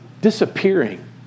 Disappearing